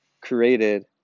created